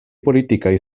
politikaj